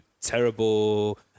terrible